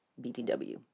BTW